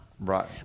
Right